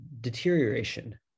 deterioration